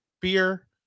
beer